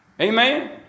Amen